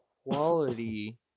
Quality